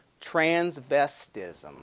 transvestism